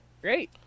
Great